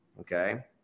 okay